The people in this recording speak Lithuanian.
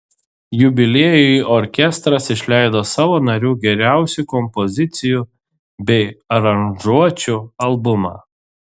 jubiliejui orkestras išleido savo narių geriausių kompozicijų bei aranžuočių albumą